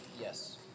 Yes